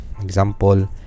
Example